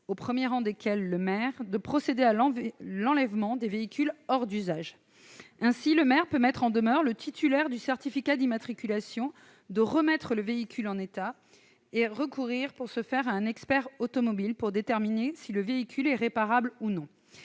au premier rang desquelles le maire, de procéder à l'enlèvement des véhicules hors d'usage. Ainsi, le maire peut mettre en demeure le titulaire du certificat d'immatriculation de remettre le véhicule en état et recourir à un expert automobile pour déterminer si le véhicule est réparable ou non.